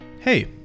Hey